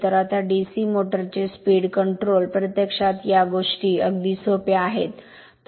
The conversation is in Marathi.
तर आता DC मोटर चे स्पीड कंट्रोल प्रत्यक्षात या गोष्टी अगदी सोप्या आहेत